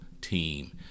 team